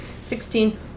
Sixteen